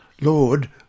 Lord